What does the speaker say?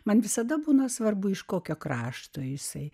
man visada būna svarbu iš kokio krašto jisai